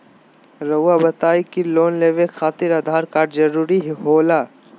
रौआ बताई की लोन लेवे खातिर आधार कार्ड जरूरी होला?